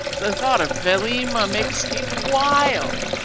the thought of vailima makes me wild.